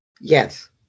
Yes